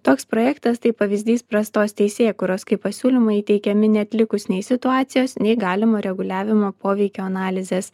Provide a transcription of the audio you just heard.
toks projektas tai pavyzdys prastos teisėkūros kai pasiūlymai teikiami neatlikus nei situacijos nei galimo reguliavimo poveikio analizės